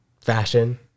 fashion